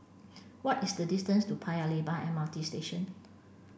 what is the distance to Paya Lebar M R T Station